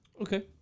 Okay